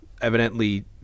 evidently